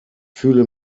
fühle